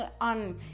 on